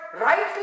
rightly